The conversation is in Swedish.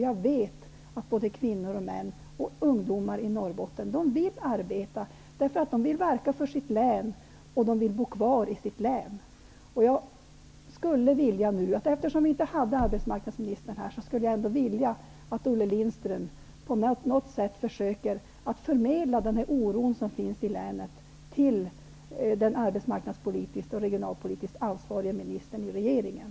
Jag vet att såväl kvinnor som män och ungdomar i Norrbotten vill arbeta -- de vill verka för sitt län, och de vill bo kvar i sitt län. Eftersom vi inte hade arbetsmarknadsministern här skulle jag vilja att Olle Lindström på något sätt försöker förmedla den oro som finns i länet till den arbetsmarknadspolitiskt och regionalpolitiskt ansvarige ministern i regeringen.